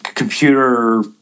computer